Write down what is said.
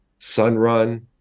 Sunrun